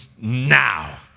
now